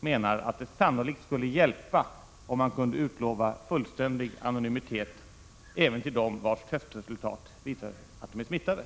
menar att det sannolikt skulle hjälpa om man kunde utlova fullständig anonymitet även till dem vars testresultat visar att de är smittade.